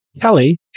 Kelly